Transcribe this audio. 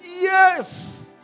Yes